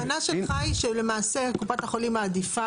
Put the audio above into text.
הטענה שלך היא שלמעשה קופת החולים מעדיפה